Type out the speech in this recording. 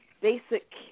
basic